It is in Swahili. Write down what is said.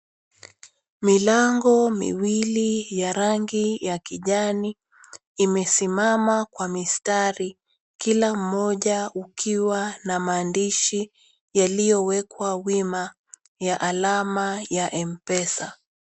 Milango miwili ya rangi ya kijani imesimama kwa mistari kila mmoja ukiwa na maandishi yaliyowekwa wima ya alama ya Mpesa.